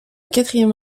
quatrième